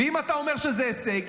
ואם אתה אומר שזה הישג,